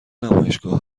نمایشگاه